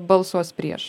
balsuos prieš